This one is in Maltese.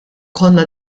konna